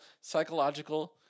psychological